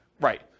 Right